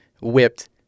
whipped